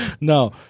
No